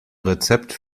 rezept